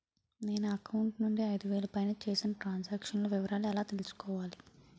నా అకౌంట్ నుండి ఐదు వేలు పైన చేసిన త్రం సాంక్షన్ లో వివరాలు ఎలా తెలుసుకోవాలి?